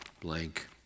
Blank